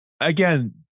again